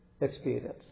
experience